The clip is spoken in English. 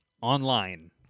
online